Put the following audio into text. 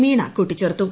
മീണ കൂട്ടിച്ചേർത്തു